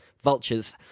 Vultures